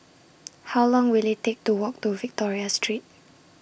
How Long Will IT Take to Walk to Victoria Street